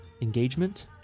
engagement